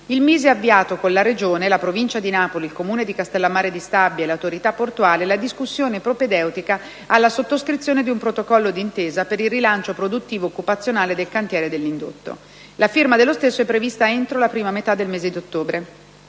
il MISE ha avviato con la Regione, la Provincia di Napoli, il Comune di Castellammare di Stabia e l'autorità portuale, la discussione propedeutica alla sottoscrizione di un protocollo di intesa per il rilancio produttivo e occupazionale del cantiere e dell'indotto. La firma dello stesso è prevista entro la prima metà del mese di ottobre.